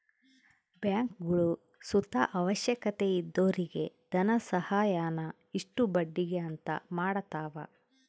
ಬ್ಯಾಂಕ್ಗುಳು ಸುತ ಅವಶ್ಯಕತೆ ಇದ್ದೊರಿಗೆ ಧನಸಹಾಯಾನ ಇಷ್ಟು ಬಡ್ಡಿಗೆ ಅಂತ ಮಾಡತವ